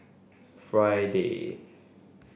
Friday